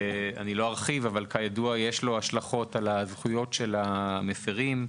שיש לו השלכות על הזכויות של המפירים,